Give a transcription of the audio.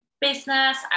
business